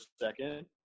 second